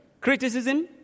Criticism